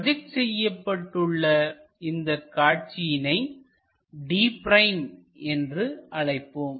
project செய்யப்பட்டுள்ள இந்தக் காட்சியை d' என்று அழைப்போம்